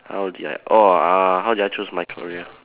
how did I oh uh how did I choose my career